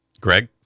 Greg